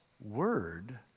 word